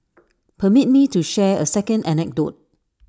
permit me to share A second anecdote